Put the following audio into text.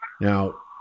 now